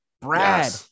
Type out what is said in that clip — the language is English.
Brad